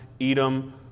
Edom